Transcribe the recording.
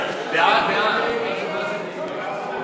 ההצעה להסיר את הנושא מסדר-היום של הכנסת נתקבלה.